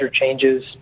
changes